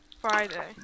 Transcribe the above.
Friday